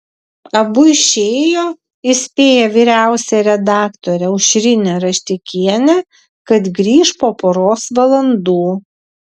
abu išėjo įspėję vyriausiąją redaktorę aušrinę raštikienę kad grįš po poros valandų